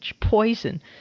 poison